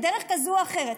בדרך כזו או אחרת,